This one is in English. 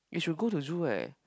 you should go to zoo right